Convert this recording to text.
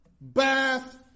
Bath